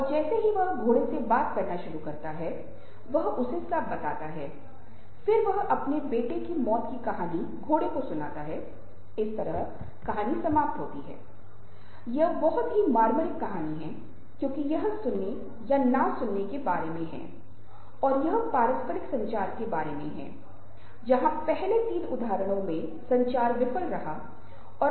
इसलिए हमें संचार के प्रत्येक पहलू में बहुत सावधान रहना होगा जो हम बोल रहे हैं स्थिति को समझ रहे हैं संदर्भ को समझ रहे हैं और उस व्यक्ति के मूड को उस विशेष क्षण में समझ रहे हैं अगर हम वास्तव में रुचि रखते हैं कि हमारा संचार प्रभावी होना चाहिए